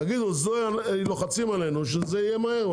תגידו שלוחצים עלינו שזה יהיה מהר,